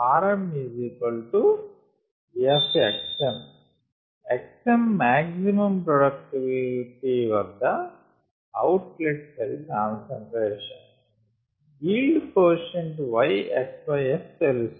RmFxm xm maximum productivity వద్ద outlet cell concentration yield quotient Y xS తెలుసు